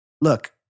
Look